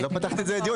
את לא פתחת את זה לדיון.